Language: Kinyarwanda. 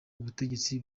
ubutegetsi